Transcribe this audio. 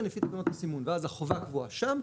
לפי תקנות הסימון ואז החובה קבועה שם,